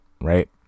right